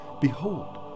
behold